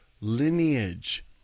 lineage